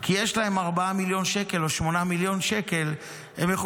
כי יש להם 4 מיליון שקל או 8 מיליון שקל,